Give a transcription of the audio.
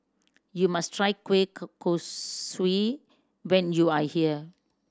you must try kueh kosui when you are here